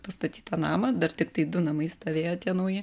pastatytą namą dar tiktai du namai stovėjo tie nauji